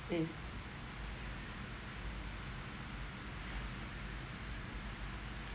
uh